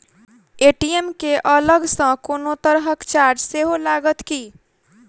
ATM केँ अलग सँ कोनो तरहक चार्ज सेहो लागत की?